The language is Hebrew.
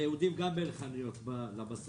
ליהודים גם אין חניונים למשאיות.